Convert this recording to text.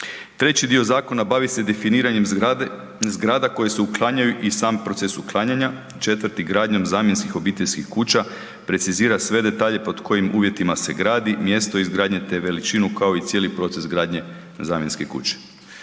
Treći dio zakona bavi se definiranjem zgrada koje se uklanjaju i sam proces uklanjanja, četvrti gradnjom zamjenskih obiteljskih kuća, precizira sve detalje pod kojim uvjetima se gradi, mjesto izgradnje te veličinu, kao i cijeli proces gradnje zamjenske kuće.